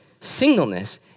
singleness